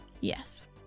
Yes